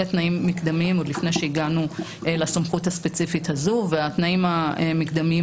אלה תנאים מקדמיים עוד לפני שהגענו לסמכות הספציפית הזאת והתנאים המקדמיים